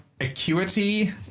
acuity